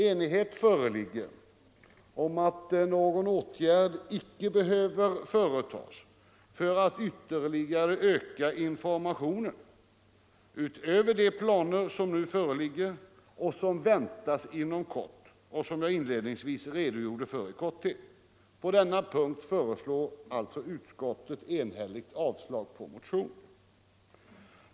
Enighet föreligger om att någon åtgärd inte behöver företas för att ytterligare öka informationen utöver de planer som nu föreligger eller som väntas inom kort och som jag här inledningsvis redogjorde för i korthet. På denna punkt avstyrker alltså utskottet enhälligt motionen.